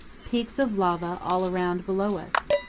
peaks of lava all around below us.